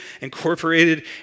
incorporated